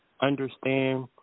understand